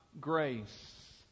grace